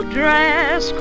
dress